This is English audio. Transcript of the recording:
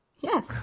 Yes